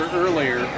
earlier